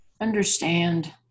understand